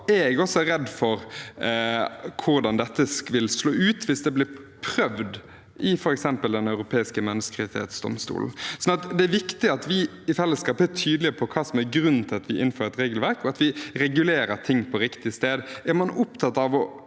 er jeg redd for hvordan dette vil slå ut hvis det blir prøvd f.eks. i Den europeiske menneskerettsdomstol. Det er viktig at vi i fellesskap er tydelige på hva som er grunnen til at vi innfører et regelverk, og at vi regulerer ting på riktig sted.